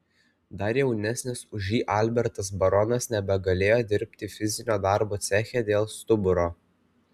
dar jaunesnis už jį albertas baronas nebegalėjo dirbti fizinio darbo ceche dėl stuburo